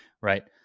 right